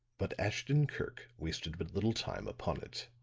but ashton-kirk wasted but little time upon it.